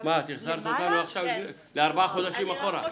--- החזרת אותנו עכשיו ארבעה חודשים אחורה.